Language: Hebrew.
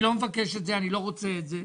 לא שאני מבקש את זה או רוצה את זה,